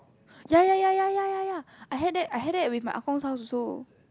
ya ya ya ya ya I had that I had that with my Ah-Gong's house also